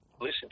listen